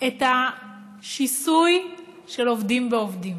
את השיסוי של עובדים בעובדים,